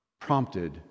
prompted